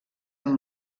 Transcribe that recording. amb